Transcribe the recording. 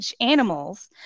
animals